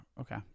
Okay